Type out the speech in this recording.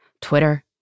Twitter